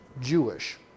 Jewish